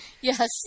Yes